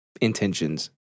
intentions